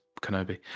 Kenobi